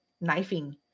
knifing